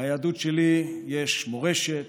ביהדות שלי יש מורשת,